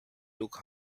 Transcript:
look